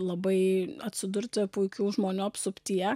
labai atsidurti puikių žmonių apsuptyje